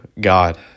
God